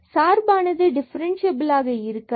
சார்பானது டிபரன்சியபில் ஆக இருக்கலாம்